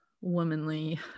womanly